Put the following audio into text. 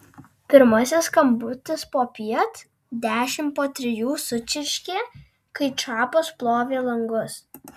pirmasis skambutis popiet dešimt po trijų sučirškė kai čapas plovė langus